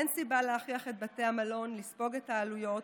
אין סיבה להכריח את בתי המלון לספוג את העלויות.